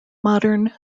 modern